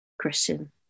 christian